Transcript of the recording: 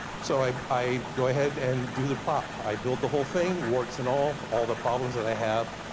so i i go ahead and do the prop, i build the whole thing, warts and all, all the problems that i have.